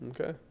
okay